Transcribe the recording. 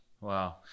Wow